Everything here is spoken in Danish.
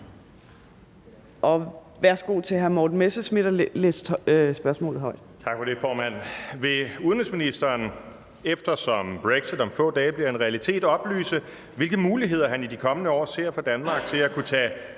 Kl. 15:01 Morten Messerschmidt (DF): Tak for det, formand. Vil udenrigsministeren, eftersom brexit om få dage bliver en realitet, oplyse, hvilke muligheder han i de kommende år ser for Danmark til at kunne tage